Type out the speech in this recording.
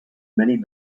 many